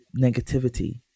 negativity